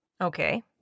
Okay